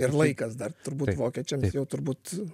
ir laikas dar turbūt vokiečiams jau turbūt